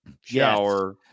shower